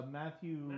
matthew